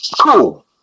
Cool